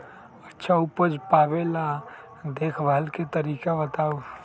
अच्छा उपज पावेला देखभाल के तरीका बताऊ?